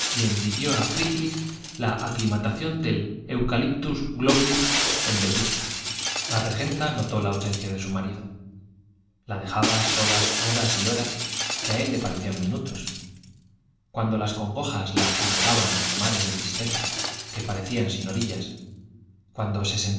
envidió a frígilis la aclimatación del eucaliptus globulus en vetusta la regenta notó la ausencia de su marido la dejaba sola horas y horas que a él le parecían minutos cuando las congojas la anegaban en mares de tristeza que parecían sin orillas cuando se